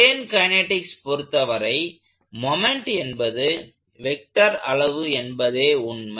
plane kinetics பொறுத்தவரை moment என்பது vector அளவு என்பதே உண்மை